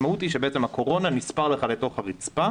שירותי הקורונה לא נמצאים בהתחשבנות.